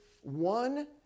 One